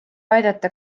aidata